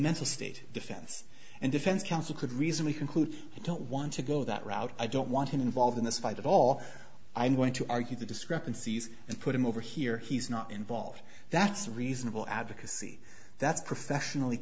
mental state defense and defense counsel could reasonably conclude i don't want to go that route i don't want him involved in this fight at all i'm going to argue the discrepancies and put him over here he's not involved that's reasonable advocacy that's professionally